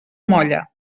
molla